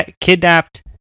kidnapped